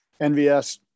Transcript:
NVS